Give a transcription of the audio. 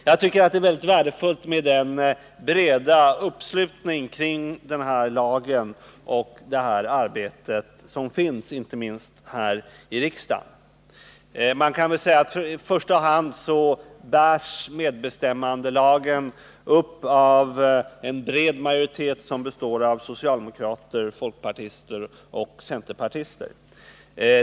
Jag tycker att det är mycket värdefullt med den breda uppslutningen kring den här lagen och det här arbetet, inte minst i riksdagen. Man kan väl säga att medbestämmandelagen i första hand bärs upp av en bred majoritet av socialdemokrater, folkpartister och centerpartister.